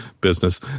business